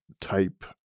type